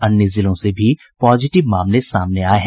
अन्य जिलों से भी पॉजिटिव मामले सामने आये हैं